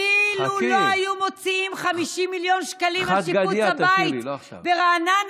אילו לא היו מוציאים 50 מיליון שקלים על שיפוץ הבית ברעננה,